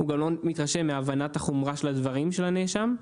הוא גם לא מתרשם מהבנת החומרה של הדברים של הנאשם.